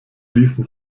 ließen